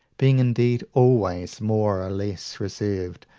being indeed always more or less reserved,